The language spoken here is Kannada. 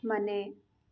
ಮನೆ